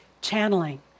channeling